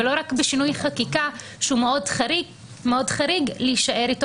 ולא רק בשינוי חקיקה שהוא מאוד חריג להישאר איתו